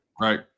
Right